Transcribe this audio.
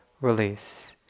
release